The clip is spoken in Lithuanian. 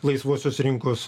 laisvosios rinkos